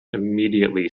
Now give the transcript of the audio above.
immediately